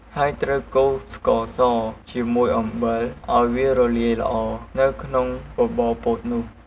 ហើយត្រូវកូរស្ករស ជាមួយអំបិលឱ្យវារលាយល្អនៅក្នុងបបរពោតនោះ។